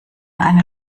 eine